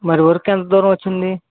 మరి వర్కు ఎంత దూరం వచ్చింది